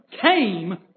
came